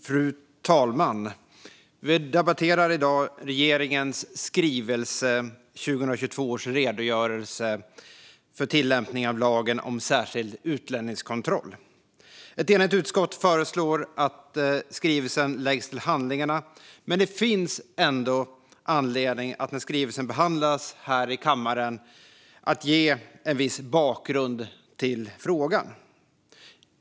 Fru talman! Vi debatterar i dag regeringens skrivelse 2022 års redogörelse för tillämpningen av lagen om särskild utlänningskontroll . Ett enigt utskott föreslår att skrivelsen läggs till handlingarna. Men när skrivelsen behandlas här i kammaren finns det ändå anledning att ge en viss bakgrund till frågan.